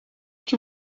que